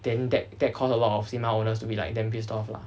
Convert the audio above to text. then that that caused a lot of cinema owners to be like damn pissed off lah